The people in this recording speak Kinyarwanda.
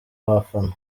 bafana